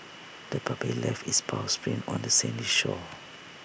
the puppy left its paw prints on the sandy shore